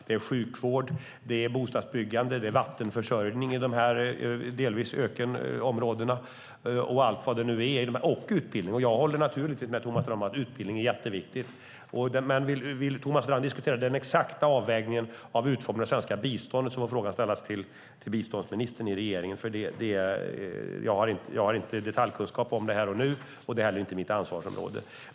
Det är sjukvård, bostadsbyggande, vattenförsörjning i dessa delvis ökenområden och allt vad det nu är - och utbildning. Jag håller naturligtvis med Thomas Strand om att utbildning är jätteviktigt. Om Thomas Strand vill diskutera den exakta avvägningen av utformningen av det svenska biståndet får frågan ställas till biståndsministern i regeringen. Jag har inte detaljkunskap om det här och nu, och det är inte heller mitt ansvarsområde.